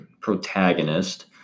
protagonist